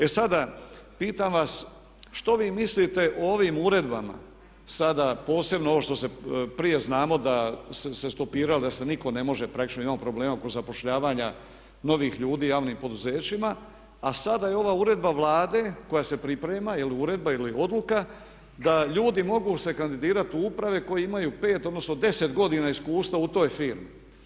E sada, pitam vas što vi mislite o ovim uredbama sada posebno ovo što se, prije znamo da se stopiralo, da se nitko ne može, praktički imamo problema oko zapošljavanja novih ljudi u javnim poduzećima, a sada je ova uredba Vlade koja se priprema, jel je uredba ili je odluka da ljudi mogu se kandidirati u uprave koji imaju 5 odnosno 10 godina iskustva u toj firmi.